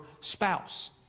spouse